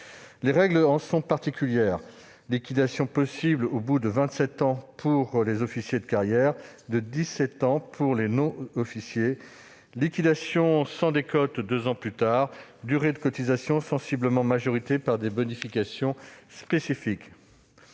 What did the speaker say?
des pensions sont particulières : liquidation possible au bout de vingt-sept ans pour les officiers de carrière, de dix-sept ans pour les non-officiers, liquidation sans décote deux ans plus tard, durée de cotisation sensiblement majorée par des bonifications spécifiques.